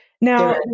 Now